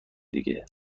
دیگه